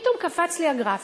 פתאום קפץ לי הגרף.